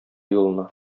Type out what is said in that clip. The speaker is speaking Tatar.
юлына